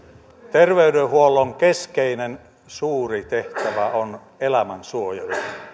terveydenhuollon keskeinen suuri tehtävä on elämän suojelu